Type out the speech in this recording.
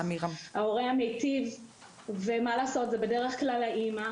ההורה המיטיב שהוא בדרך כלל האם,